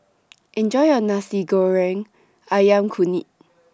Enjoy your Nasi Goreng Ayam Kunyit